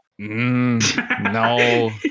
No